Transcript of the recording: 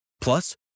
Plus